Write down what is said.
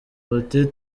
buti